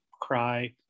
cry